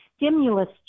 stimulus